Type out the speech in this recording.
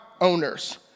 owners